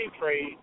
trade